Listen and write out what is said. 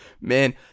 Man